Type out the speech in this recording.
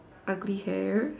ugly hair